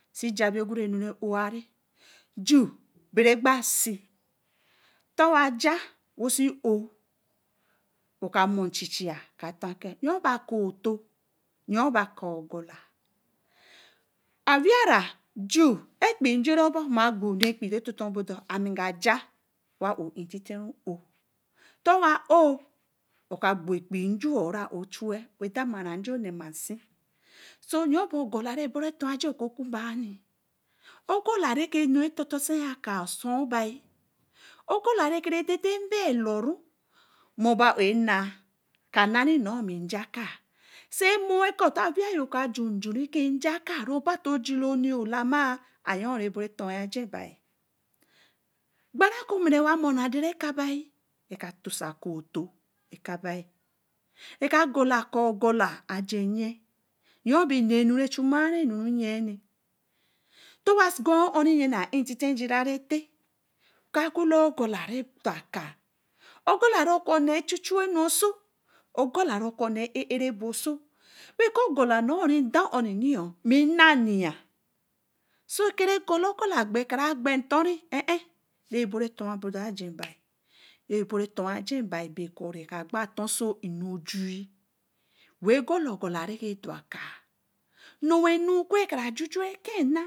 Si jabii oguri ɛnu re o-oh juu ma re gba si ntowa ja we si o-oh oga mo nchichai ka tor ke ayo-oh be akaa oto ayo-oh be akaa ogola awera-a juu si ɛkpii njera-obor, maa gboo ɛnu ɛkpii re-toto-bordo ami nga nja wa o-oh intiteh ōō ntowa oo ka gboo ɛkpii re-jo ra ooh chui we dama njo nema nsi so ayo-oh be ogola re boru ɛtoraja okukumbaah ogola reke ɛdede nbeh lo-oh mori beri bo-enaa ka naa nor ma nja akaa si moo kɔ̄ te awe-oh ka junju-u re-nja akaa ayoh rebobo-oh toi aja bi gbara kɔ̄ rewe moni adea reka bi reka to-si-akaa oto bi reka gola akaa ogola aje-nyii nor be la-enu re jumai enu nyii-i ntowa gwa oh re nyii na intite ire ire-tah oka gola ogola re dor akaa ogola re okone ɛchuchuu-eau oso ogola re koneneh e'eraebo so we kɔ ogola re indaa un iii mi naaa yeeh sa kra gola ogola kra gbe nnto-oh ɛ-ɛh re-bori ɛtobor dor re bobo ɛtor-aji bi kɔ̄ re gba torso nne ojuu we gola ogola reke dorakaa nornunkuu reke juju ɛke-h naa.